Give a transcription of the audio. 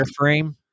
airframe